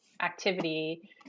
activity